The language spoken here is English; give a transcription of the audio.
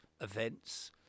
events